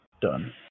Done